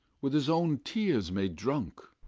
with his own tears made drunk.